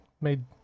made